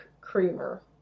creamer